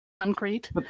concrete